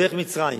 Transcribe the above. דרך מצרים.